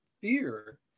fear